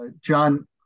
John